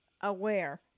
aware